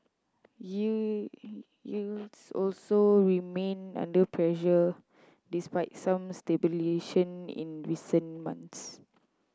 yields also remain under pressure despite some stabilisation in recent months